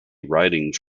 writings